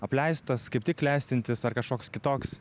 apleistas kaip tik klestintis ar kažkoks kitoks